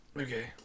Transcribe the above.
Okay